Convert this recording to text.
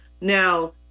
now